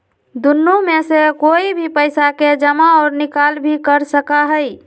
दुन्नो में से कोई भी पैसा के जमा और निकाल भी कर सका हई